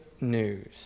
news